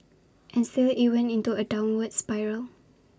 and still IT went into A downward spiral